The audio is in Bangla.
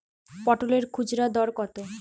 পটলের খুচরা দর কত?